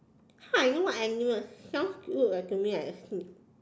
how I know what animals sounds good to me I assume